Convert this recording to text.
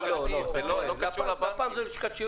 להבא, לדיווחים הבאים